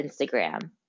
Instagram